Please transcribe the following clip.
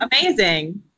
amazing